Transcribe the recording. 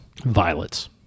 Violets